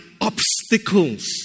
obstacles